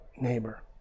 neighbor